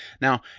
now